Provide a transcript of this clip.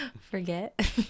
forget